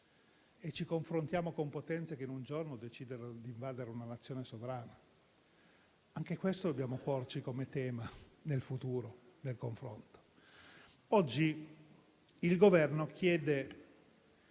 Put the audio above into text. e ci confrontiamo con potenze che in un giorno decidono di invadere una Nazione sovrana. Anche questo dobbiamo porci come tema nel futuro del confronto. Oggi il Governo chiede